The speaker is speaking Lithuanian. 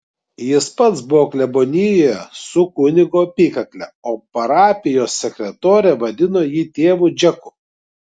jis pats buvo klebonijoje su kunigo apykakle o parapijos sekretorė vadino jį tėvu džeku